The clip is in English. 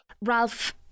Ralph